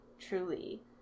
Truly